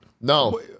No